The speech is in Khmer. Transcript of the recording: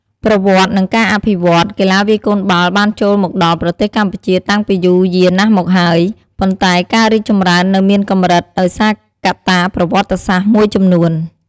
ប្រវត្តិ និងការអភិវឌ្ឍន៍ កីឡាវាយកូនបាល់បានចូលមកដល់ប្រទេសកម្ពុជាតាំងពីយូរយារណាស់មកហើយ ប៉ុន្តែការរីកចម្រើននៅមានកម្រិត ដោយសារកត្តាប្រវត្តិសាស្ត្រមួយចំនួន។